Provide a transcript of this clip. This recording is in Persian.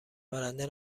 برنده